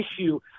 issue